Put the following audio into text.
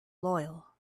loyal